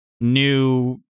new